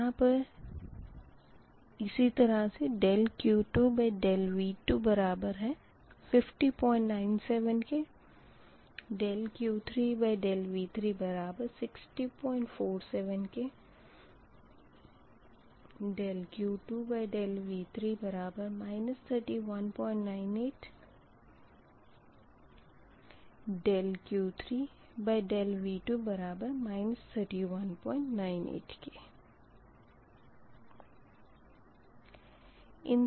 यहाँ सभी मापदंड रखने पर dQ2dV2 बराबर 5097 dQ3dV3 बराबर 6047 dQ2dV3बराबर 3198 और dQ3 dV2बराबर 3198 प्राप्त होगा